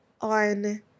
on